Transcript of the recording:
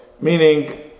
Meaning